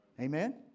Amen